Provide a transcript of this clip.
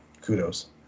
kudos